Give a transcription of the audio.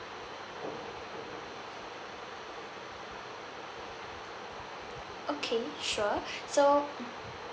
okay sure so